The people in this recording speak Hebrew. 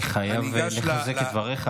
אני חייב לחזק את דבריך,